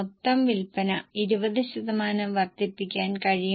ജീവനക്കാരുടെ ചെലവ് 15 ശതമാനം ആയി